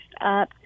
up